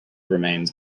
remains